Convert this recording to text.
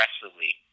aggressively